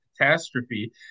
catastrophe